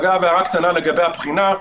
אגב, הערה קטנה לגבי הבחינה.